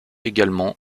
également